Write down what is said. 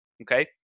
Okay